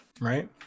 right